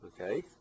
okay